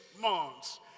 months